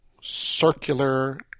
circular